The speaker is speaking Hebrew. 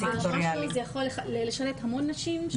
זה יכול לשרת המון נשים.